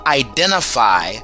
identify